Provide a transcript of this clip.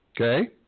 Okay